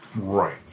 right